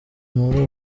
muri